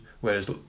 whereas